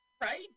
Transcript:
right